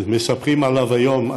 מספרים עליה היום,